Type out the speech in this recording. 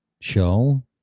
show